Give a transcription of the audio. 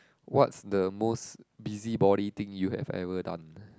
what's the most busybody thing you have ever done